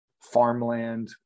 farmland